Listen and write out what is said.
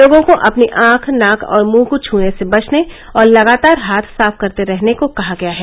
लोगों को अपनी आंख नाक और मृंह को छने से बचने और लगातार हाथ साफ करते रहने को कहा गया है